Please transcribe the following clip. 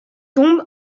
tombe